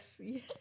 yes